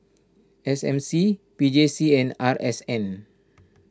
S M C P J C and R S N